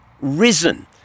risen